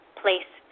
place